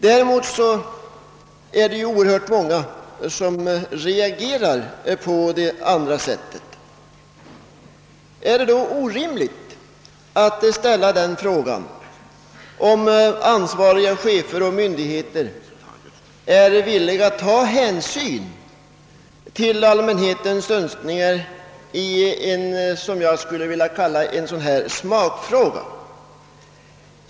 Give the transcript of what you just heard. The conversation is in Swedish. Däremot är det oerhört många som reagerar när sådana inslag förekommer. Är det då orimligt att ställa frågan, om ansvariga chefer och myndigheter är villiga att ta hänsyn till allmänhetens önskningar i en dy-' lik smakfråga?